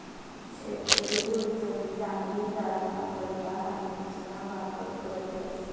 शेतकरी गुरसनी चांगली जातना करता हार्मोन्सना वापर करतस